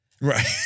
Right